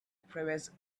previous